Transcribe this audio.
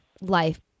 life